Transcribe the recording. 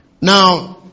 Now